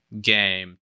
game